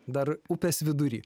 dar upės vidury